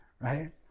right